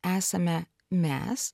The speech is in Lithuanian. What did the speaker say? esame mes